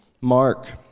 Mark